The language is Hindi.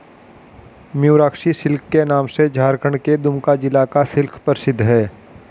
मयूराक्षी सिल्क के नाम से झारखण्ड के दुमका जिला का सिल्क प्रसिद्ध है